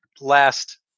last